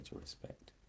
respect